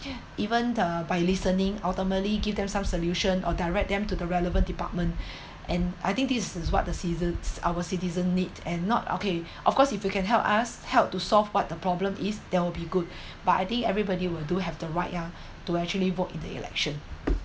even uh by listening ultimately give them some solution or direct them to the relevant department and I think this is what the citizen our citizens need and not okay of course if you can help us help to solve what the problem is that will be good but I think everybody will do have the right ah to actually vote in the election